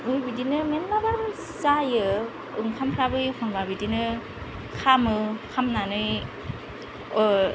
बेबादिनो गोबांबार जायो ओंखामफ्राबो एखनब्ला बिदिनो खामो खामनानै